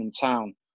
Town